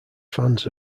fans